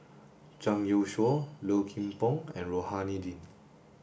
Zhang Youshuo Low Kim Pong and Rohani Din